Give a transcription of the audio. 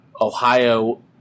Ohio